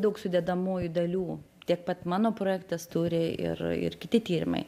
daug sudedamųjų dalių tiek pat mano projektas turi ir ir kiti tyrimai